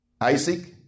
Isaac